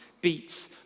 beats